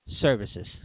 services